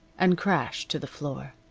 and crashed to the floor.